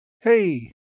Hey